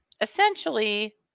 Essentially